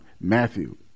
Matthew